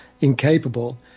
incapable